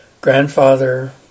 grandfather